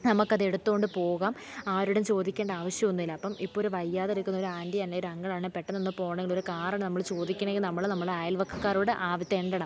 നമുക്കതെടുത്തു കൊണ്ടു പോകാം ആരൊടും ചോദിക്കേണ്ട ആവശ്യമൊന്നുമില്ല അപ്പം ഇപ്പൊരു വയ്യാതിരിക്കുന്നൊരാന്റി അല്ലേ ഒരങ്കിളാണേ പെട്ടെന്നൊന്ന് പോകണമെങ്കിലൊരു കാറിനു നമ്മൾ ചോദിക്കണേ നമ്മൾ നമ്മുടെ അയല്വക്കക്കാരോട് ആ തെണ്ടണം